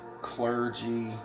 clergy